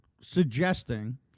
suggesting